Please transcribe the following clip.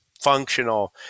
functional